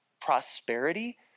prosperity